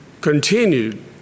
continued